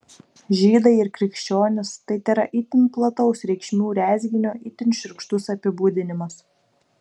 žydai ir krikščionys tai tėra itin plataus reikšmių rezginio itin šiurkštus apibūdinimas